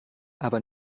aber